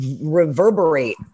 reverberate